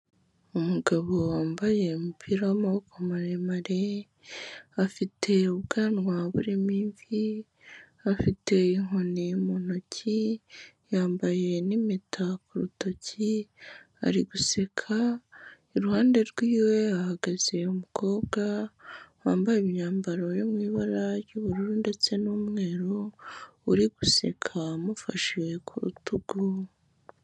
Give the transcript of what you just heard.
Umugabo wambaye umupira w'amaboko maremare, afite ubwanwa burimo imvi, afite inkoni mu ntoki, yambaye n'impeta ku rutoki, ari guseka, iruhande rw'iwe hahagaze umukobwa wambaye imyambaro yo mu ibara ry'ubururu ndetse n'umweru, uri guseka amufashe ku rutugu.